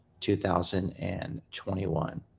2021